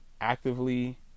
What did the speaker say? actively